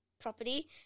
property